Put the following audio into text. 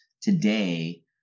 today